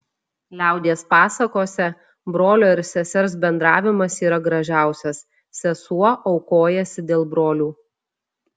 liaudies pasakose brolio ir sesers bendravimas yra gražiausias sesuo aukojasi dėl brolių